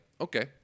okay